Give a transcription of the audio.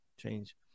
change